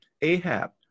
Ahab